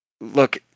look